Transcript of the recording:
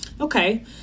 Okay